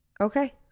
okay